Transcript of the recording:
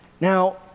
Now